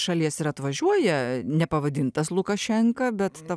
šalies ir atvažiuoja nepavadintas lukašenka bet ta